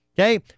okay